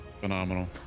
Phenomenal